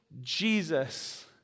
Jesus